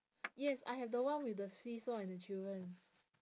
yes I have the one with the seesaw and the children